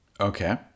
Okay